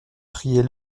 priez